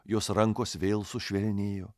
jos rankos vėl sušvelnėjo